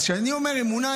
אז כשאני אומר אמונה,